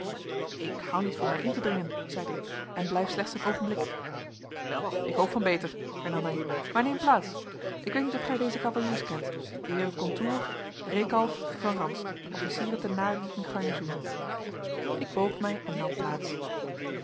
ik houd niet van mij in te dringen zeide ik en blijf slechts een oogenblik wel ik hoop van beter hernam hij maar neem plaats ik weet niet of gij deze cavaliers kent de heeren contour reekalf van ranst officieren te naarden in garnizoen ik boog mij en nam plaats